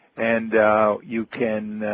and you can